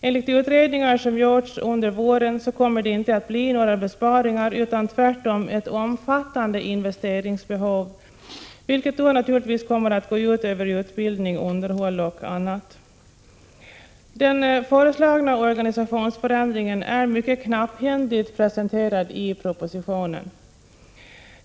Enligt utredningar som har gjorts under våren kommer detta inte att innebära några besparingar. Tvärtom kommer det att uppstå ett omfattande investeringsbehov, vilket naturligtvis kommer att gå ut över utbildning, underhåll och annat. Den föreslagna organisationsförändringen är mycket knapphändigt presenterad i propositionen.